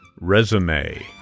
resume